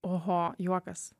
oho juokas